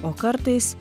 o kartais